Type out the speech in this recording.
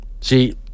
See